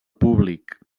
públic